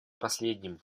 последним